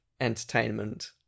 entertainment